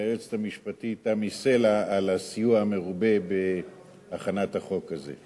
וליועצת המשפטית תמי סלע על הסיוע המרובה בהכנת החוק הזה.